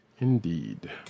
Indeed